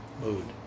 mood